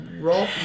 roll